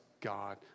God